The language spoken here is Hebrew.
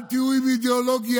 אל תהיו עם אידיאולוגיה.